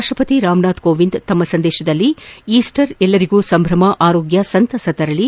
ರಾಷ್ಲಪತಿ ರಾಮನಾಥ್ ಕೋವಿಂದ್ ತಮ್ನ ಸಂದೇಶದಲ್ಲಿ ಈಸ್ಸರ್ ಎಲ್ಲರಿಗೂ ಸಂಭ್ರಮ ಆರೋಗ್ನ ಮತ್ತು ಸಂತಸ ತರಲಿ